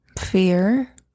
fear